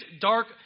dark